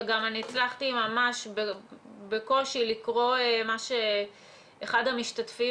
ואני הצלחתי בקושי לקרוא את מה שאחד המשתתפים